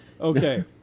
Okay